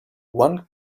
one